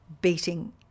beating